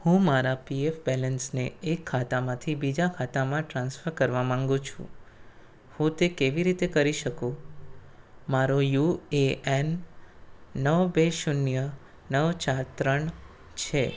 હું મારા પીએફ બૅલેન્સને એક ખાતામાંથી બીજા ખાતામાં ટ્રાન્સફર કરવા માગું છું હું તે કેવી રીતે કરી શકું મારો યુ એ એન નવ બે શૂન્ય નવ ચાર ત્રણ છે